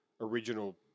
original